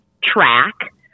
track